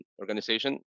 organization